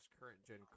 current-gen